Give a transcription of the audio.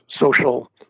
social